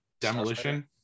Demolition